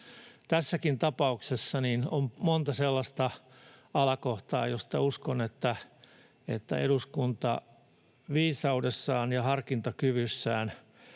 Tässäkin tapauksessa on monta sellaista alakohtaa, joista uskon, että eduskunta viisaudessaan ja harkintakyvyssään